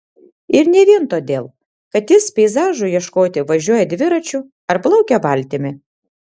ir ne vien todėl kad jis peizažų ieškoti važiuoja dviračiu ar plaukia valtimi